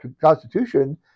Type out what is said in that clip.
constitution